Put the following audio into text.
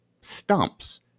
stumps